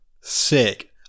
sick